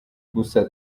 gusa